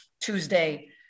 Tuesday